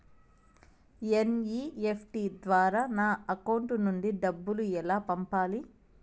NEFT ద్వారా నా account నుండి డబ్బులు ఎలా పంపాలి